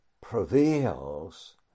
prevails